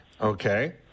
Okay